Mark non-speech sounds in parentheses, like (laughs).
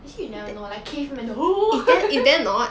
actually you never know like cavemen (noise) (laughs)